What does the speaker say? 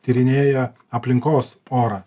tyrinėja aplinkos orą